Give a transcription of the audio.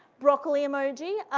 broccoli emoji,